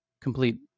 complete